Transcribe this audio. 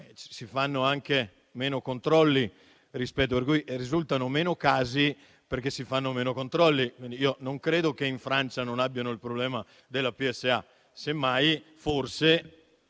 si fanno anche meno controlli rispetto a noi e quindi risultano meno casi perché si fanno meno controlli. Non credo che in Francia non abbiano il problema della PSA, semmai, forse,